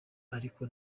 ariko